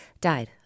died